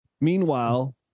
Meanwhile